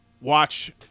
watch